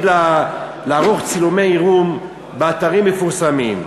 לערוך צילומי עירום באתרים מפורסמים.